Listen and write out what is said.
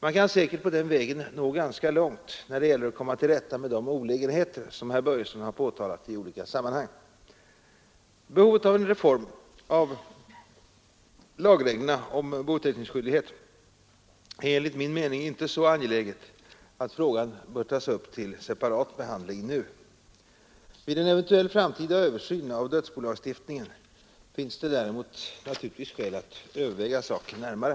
Man kan säkert på den vägen nå ganska långt när det gäller att komma till rätta med de olägenheter som herr Börjesson påtalat i olika sammanhang. Behovet av en reform av lagreglerna om bouppteckningsskyldighet är enligt min mening inte så angeläget att frågan bör tas upp till separat behandling nu. Vid en eventuell framtida översyn av dödsbolagstiftningen finns det däremot naturligtvis skäl att överväga saken närmare.